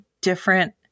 different